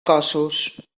cossos